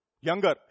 younger